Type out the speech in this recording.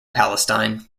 palestine